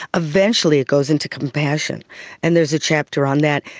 eventually it goes into compassion and there's a chapter on that.